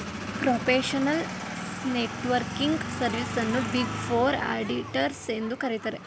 professional networking service ಅನ್ನು big four auditors ಎಂದು ಕರಿತರೆ